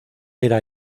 era